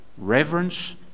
reverence